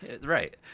Right